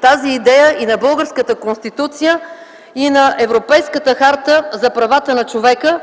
противоречи на българската Конституция и на Европейската харта за правата на човека.